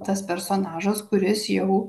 tas personažas kuris jau